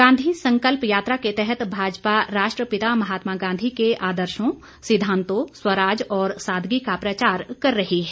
गांधी संकल्प यात्रा के तहत भाजपा राष्ट्रपिता महात्मागांधी के आदर्शों सिद्वांतों स्वराज और सादगी का प्रचार कर रही है